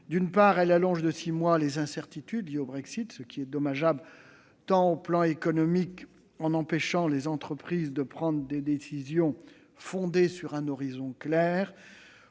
D'une part, elle allonge de six mois les incertitudes liées au Brexit, ce qui est dommageable d'un point de vue tant économique, en empêchant les entreprises de prendre des décisions fondées sur un horizon clair,